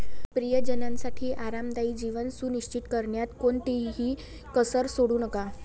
प्रियजनांसाठी आरामदायी जीवन सुनिश्चित करण्यात कोणतीही कसर सोडू नका